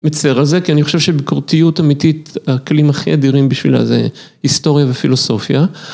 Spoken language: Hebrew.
מצטער על זה כי אני חושב שבקורתיות אמיתית הכלים הכי אדירים בשבילה זה היסטוריה ופילוסופיה.